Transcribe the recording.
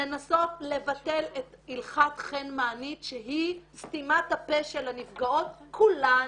לנסות לבטל את הלכת חן מענית שהיא סתימת הפה של הנפגעות כולן.